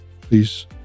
please